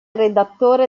redattore